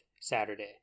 Saturday